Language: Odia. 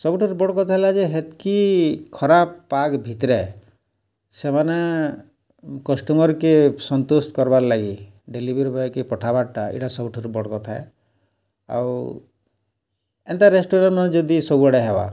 ସବୁଠାରୁ ବଡ଼୍ କଥା ହେଲା ଯେ ହେତ୍କି ଖରାପ୍ ପାଗ୍ ଭିତ୍ରେ ସେମାନେ କଷ୍ଟମର୍କେ ସନ୍ତୁଷ୍ଟ୍ କର୍ବାର୍ ଲାଗି ଡେଲିଭରି ବଏକେ ପଠାବାର୍ଟା ଇ'ଟା ସବୁଠାରୁ ବଡ଼୍ କଥା ଆଏ ଏନ୍ତା ରେଷ୍ଟୁରାଣ୍ଟ୍ମାନେ ଯଦି ସବୁଆଡ଼େ ହେବା